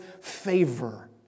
favor